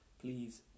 please